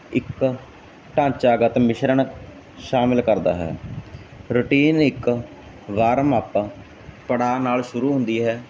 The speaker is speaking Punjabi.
ਇੱਕ ਢਾਂਚਾਗਤ ਮਿਸ਼ਰਣ ਸ਼ਾਮਿਲ ਕਰਦਾ ਹੈ ਰੂਟੀਨ ਇੱਕ ਵਾਰਮਅਪ ਪੜਾਅ ਨਾਲ ਸ਼ੁਰੂ ਹੁੰਦੀ ਹੈ